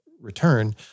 return